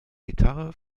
gitarre